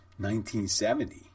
1970